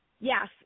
yes